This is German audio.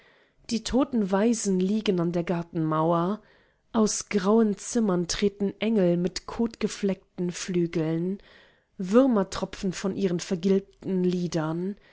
die toten waisen liegen an der gartenmauer aus grauen zimmern treten engel mit kotgefleckten flügeln würmer tropfen von ihren vergilbten lidern